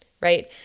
right